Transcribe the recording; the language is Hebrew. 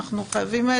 אנחנו חייבים לאמץ.